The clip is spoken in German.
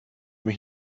mich